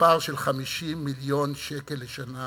בפער של 50 מיליון שקל לשנה,